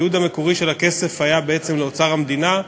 הייעוד המקורי של הכסף היה בעצם לאוצר המדינה.